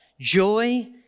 joy